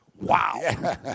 Wow